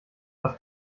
was